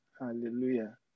Hallelujah